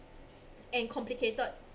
and complicated